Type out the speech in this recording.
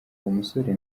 musore